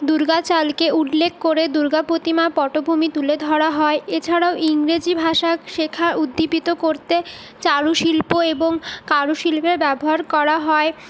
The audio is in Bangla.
দুর্গাচালকে উল্লেখ করে দুর্গা প্রতিমা পটভূমি তুলে ধরা হয় এছাড়াও ইংরেজী ভাষা শেখা উদ্দীপিত করতে চারুশিল্প এবং কারুশিল্পের ব্যবহার করা হয়